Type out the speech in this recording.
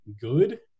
Good